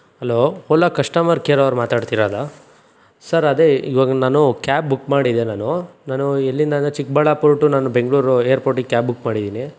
hello Ola customer ಕೇರವ್ರ ಮಾತಾಡ್ತಿರೋದ sir ಅದೇ ಇವಾಗ ನಾನು ಕ್ಯಾಬ್ ಬುಕ್ ಮಾಡಿದ್ದೆ ನಾನು ನಾನು ಎಲ್ಲಿಂದ ಅಂದರೆ ಚಿಕ್ಕಬಳ್ಳಾಪುರ ಟು ನಾನು ಬೆಂಗಳೂರು ಏರ್ಪೋಟಿಗೆ ಕ್ಯಾಬ್ ಬುಕ್ ಮಾಡಿದ್ದೀನಿ